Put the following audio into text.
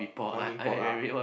one mee-pok ah